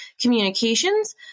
communications